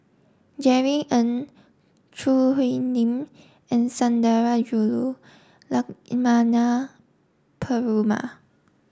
Jerry Ng Choo Hwee Lim and Sundarajulu Lakshmana Perumal